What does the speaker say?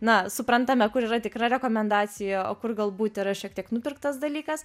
na suprantame kur yra tikra rekomendacija o kur galbūt yra šiek tiek nupirktas dalykas